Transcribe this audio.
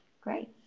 Great